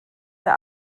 der